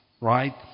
right